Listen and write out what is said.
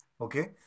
Okay